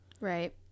Right